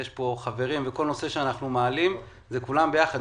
יש פה חברים וכל נושא שאנחנו מעלים זה כולם יחד.